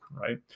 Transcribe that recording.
right